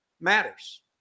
matters